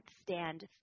stand